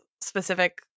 specific